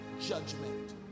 judgment